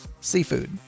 seafood